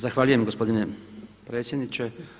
Zahvaljujem gospodine predsjedniče.